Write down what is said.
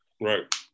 Right